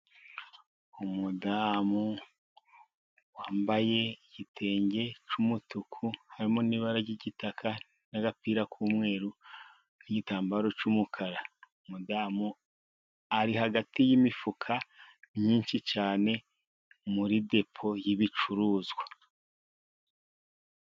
Umudamu wambaye igitenge cy'umutuku, harimo n'ibara ry'igitaka, n'agapira k'umweru, n'igitambaro cy'umukara. Umudamu ari hagati y'imifuka myinshi cyane, muri depo y'ibicuruzwa.